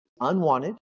unwanted